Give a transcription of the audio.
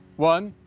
one,